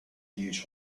huge